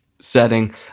setting